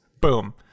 Boom